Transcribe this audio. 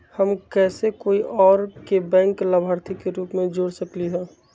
हम कैसे कोई और के बैंक लाभार्थी के रूप में जोर सकली ह?